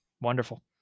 Wonderful